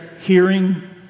hearing